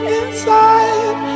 inside